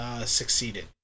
succeeded